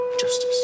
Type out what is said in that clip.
justice